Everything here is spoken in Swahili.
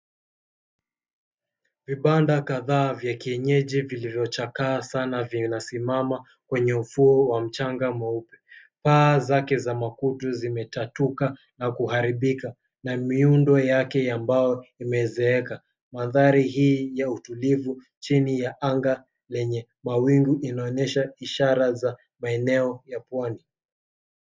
Vibanda kadhaa vya kienyeji vilivyochakaa sana vinasimama kwenye ufuo wa mchanga mweupe. Paa zake za makuti zimetatuka na kuharibika, na miundo yake ambayo imezeeka. Mandhari hii ya utulivu chini ya anga lenye mawingu, inaonyesha ishara za maeneo ya pwani.